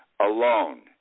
Alone